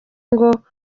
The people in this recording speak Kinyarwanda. ngo